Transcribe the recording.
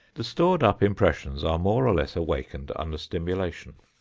the stored-up impressions are more or less awakened under stimulation.